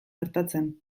gertatzen